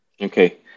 Okay